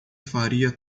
faria